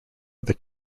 other